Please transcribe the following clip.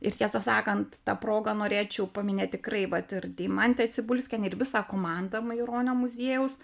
ir tiesą sakant ta proga norėčiau paminė tikrai vat ir deimantę cibulskienę ir visą komandą maironio muziejaus